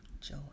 joy